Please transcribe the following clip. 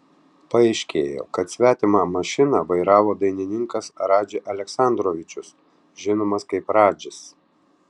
paaiškėjo kad svetimą mašiną vairavo dainininkas radži aleksandrovičius žinomas kaip radžis